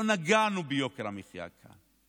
לא נגענו ביוקר המחיה כאן.